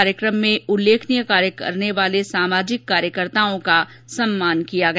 कार्यक्रम में उल्लेखनीय कार्य करने वाले सामाजिक कार्यकर्ताओ का सम्मान किया गया